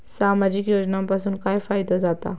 सामाजिक योजनांपासून काय फायदो जाता?